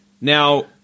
Now